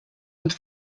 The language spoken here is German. mit